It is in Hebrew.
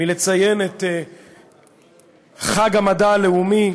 מלציין את חג המדע הלאומי,